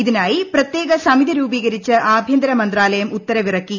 ഇതിനായി പ്രത്യേക സമിതി രൂപീകരിച്ച് ആഭ്യന്തര മന്ത്രാലയം ഉത്തരവിറക്കി